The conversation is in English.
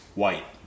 white